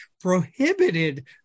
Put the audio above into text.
prohibited